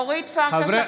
(קוראת בשם חברת הכנסת) אורית פרקש הכהן,